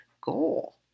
goal